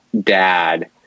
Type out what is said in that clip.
dad